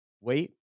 wait